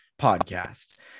podcast